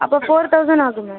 அப்போ four thousand ஆகும் ma'am